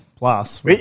Plus